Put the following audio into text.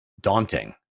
daunting